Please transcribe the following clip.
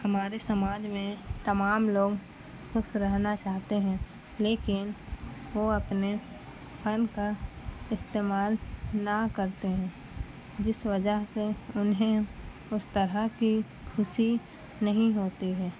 ہمارے سماج میں تمام لوگ خوش رہنا چاہتے ہیں لیکن وہ اپنے فن کا استعمال نہ کرتے ہیں جس وجہ سے انہیں اس طرح کی خوشی نہیں ہوتی ہے